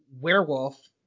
werewolf